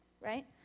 right